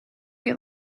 you